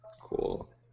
Cool